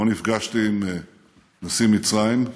שבו נפגשתי עם נשיא מצרים,